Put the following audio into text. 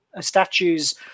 statues